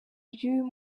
ry’uyu